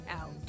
out